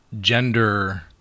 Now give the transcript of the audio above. gender